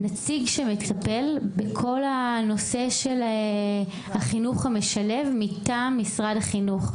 נציג שמטפל בכל הנושא של החינוך המשלב מטעם משרד החינוך,